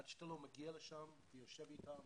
עד שאתה לא מגיע לשם, יושב אתם,